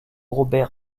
robert